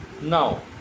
Now